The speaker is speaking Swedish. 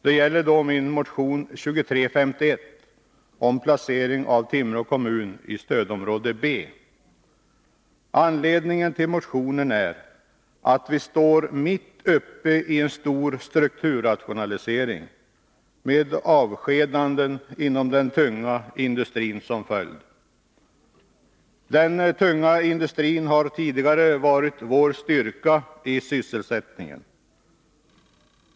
Det gäller min motion 2351 om placering av Timrå kommun i stödområde B. Anledningen till motionen är att vi står mitt uppe i en stor strukturrationalisering med avskedanden inom den tunga industrin som följd. Den tunga industrin har tidigare varit vår styrka i sysselsättningen.